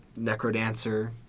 Necrodancer